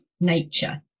nature